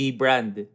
brand